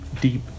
deep